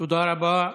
תודה רבה,